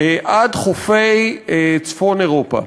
עד חופי צפון אירופה.